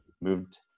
moved